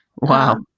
Wow